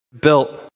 built